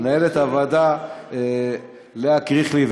מנהלת הוועדה לאה קריכלי,